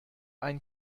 ein